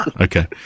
okay